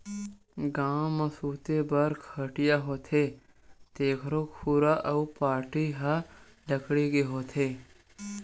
गाँव म सूते बर खटिया होथे तेखरो खुरा अउ पाटी ह लकड़ी के होथे